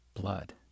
blood